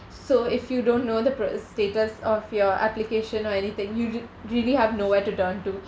so if you don't know the pro~ status of your application or anything you rea~ really have nowhere to turn to